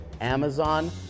Amazon